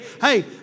Hey